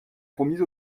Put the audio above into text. promise